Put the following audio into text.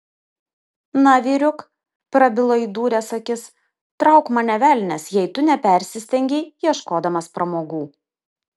na vyriuk prabilo įdūręs akis trauk mane velnias jei tu nepersistengei ieškodamas pramogų